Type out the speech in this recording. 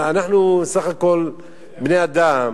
אנחנו סך הכול בני-אדם.